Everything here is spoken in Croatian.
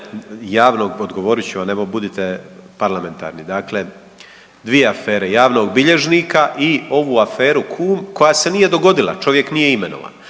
… Odgovorit ću vam, evo budite parlamentarni. Dakle dvije afere. Javnog bilježnika i ovu aferu Kum koja se nije dogodila. Čovjek nije imenovan.